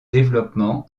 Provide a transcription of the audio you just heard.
développement